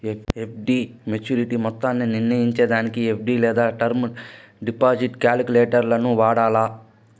FD maturity మొత్తాన్ని నిర్నయించేదానికి FD లేదా టర్మ్ డిపాజిట్ కాలిక్యులేటరును వాడాల